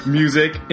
music